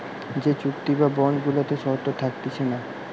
যে চুক্তি বা বন্ড গুলাতে শর্ত থাকতিছে না